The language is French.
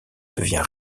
devient